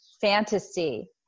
fantasy